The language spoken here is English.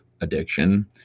addiction